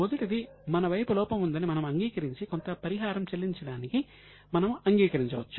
మొదటిది మన వైపు లోపం ఉందని మనము అంగీకరించి కొంత పరిహారం చెల్లించడానికి మనము అంగీకరించవచ్చు